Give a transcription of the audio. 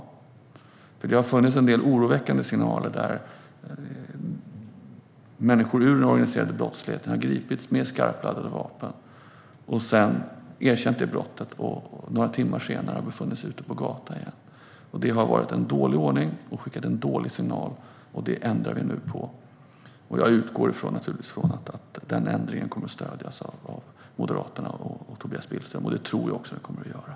Det har nämligen funnits en del oroväckande tecken; människor inom den organiserade brottsligheten har gripits med skarpladdade vapen, har erkänt brottet men har några timmar senare befunnit sig ute på gatan igen. Det har varit en dålig ordning, och det har skickat en dålig signal. Det ändrar vi på nu. Jag utgår från och tror att den ändringen kommer att stödjas av Moderaterna och Tobias Billström.